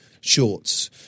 shorts